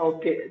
Okay